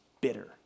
bitter